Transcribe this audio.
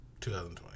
2020